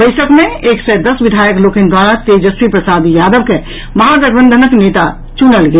बैसक मे एक सय दस विधायक लोकनि द्वारा तेजस्वी प्रसाद यादव के महा गठबंधन के नेता चुनल गेल